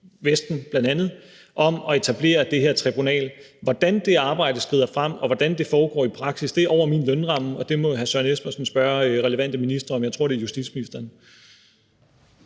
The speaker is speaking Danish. Vesten, bl.a. om at etablere det her tribunal. Hvordan det arbejde skrider frem, og hvordan det foregår i praksis, er over min lønramme, og det må hr. Søren Espersen spørge relevante ministre om. Jeg tror, det er justitsministeren.